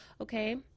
Okay